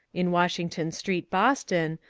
in washington street, boston,